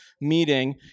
meeting